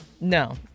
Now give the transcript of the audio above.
No